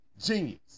genius